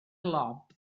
lob